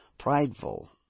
prideful